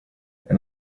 and